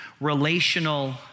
Relational